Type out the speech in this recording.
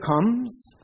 comes